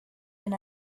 been